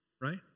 right